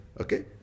Okay